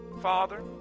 Father